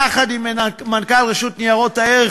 יחד עם מנכ"ל רשות ניירות ערך,